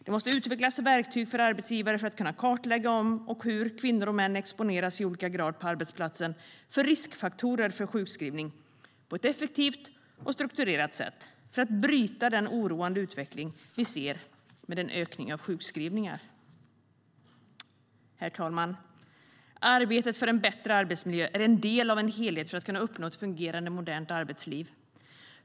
Det måste utvecklas verktyg för arbetsgivare för att på ett effektivt och strukturerat sätt kartlägga om och hur kvinnor och män på arbetsplatsen exponeras i olika grad för riskfaktorer för sjukskrivning, för att bryta den oroande utveckling vi ser med en ökning av sjukskrivningar. Herr talman! Arbetet för en bättre arbetsmiljö är en del av en helhet för att kunna uppnå ett fungerande modernt arbetsliv.